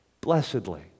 blessedly